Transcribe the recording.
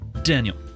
Daniel